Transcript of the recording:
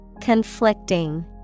Conflicting